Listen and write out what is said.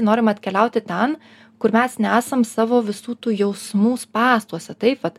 norim atkeliauti ten kur mes nesam savo visų tų jausmų spąstuose taip vat